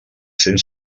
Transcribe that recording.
cents